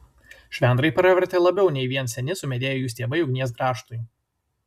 švendrai pravertė labiau nei vien seni sumedėję jų stiebai ugnies grąžtui